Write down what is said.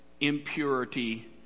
impurity